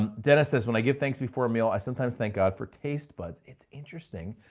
um dennis says, when i give thanks before a meal, i sometimes thank god for taste buds. it's interesting.